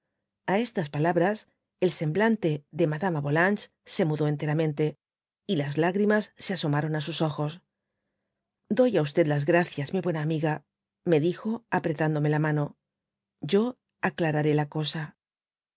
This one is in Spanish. a estas palabras el semblante de madama volanges se mudó enteramente y las lágrimas se asomaron á sus ojos a doy á las gracias mi buena amiga me dijo apretandome la mano yo aclararé la cosa